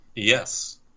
Yes